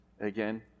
again